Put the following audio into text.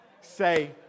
Say